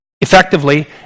effectively